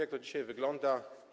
Jak to dzisiaj wygląda?